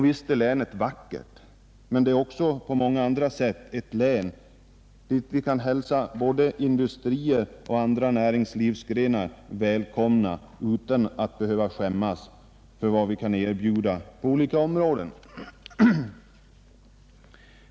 Visst är länet vackert, men det är också på många sätt ett län dit vi kan hälsa både industrier och andra näringsgrenar välkomna utan att behöva skämmas för vad vi kan erbjuda på olika områden.